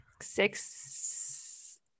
six